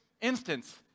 instance